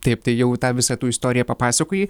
taip tai jau tą visą tu istoriją papasakojai